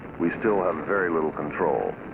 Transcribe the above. we still have very little control.